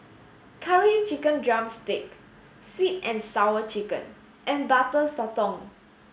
curry chicken drumstick sweet and sour chicken and butter sotong